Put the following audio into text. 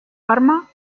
parma